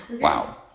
Wow